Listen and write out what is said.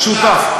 שותף.